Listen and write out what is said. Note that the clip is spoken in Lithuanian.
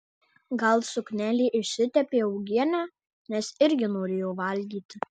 gal suknelė išsitepė uogiene nes irgi norėjo valgyti